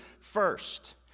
first